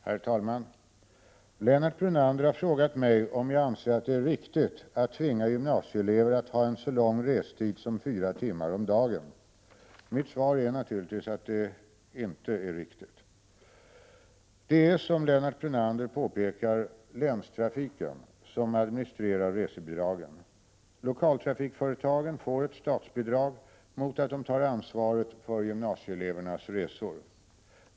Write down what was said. Herr talman! Lennart Brunander har frågat mig om jag anser att det är riktigt att tvinga gymnasieelever att ha en så lång restid som fyra timmar om dagen. Mitt svar är naturligtvis att det inte är riktigt. Det är, som Lennart Brunander påpekar, länstrafiken som administrerar resebidragen. Lokaltrafikföretagen får ett statsbidrag mot att de tar ansvaret för gymnasieelevernas resor.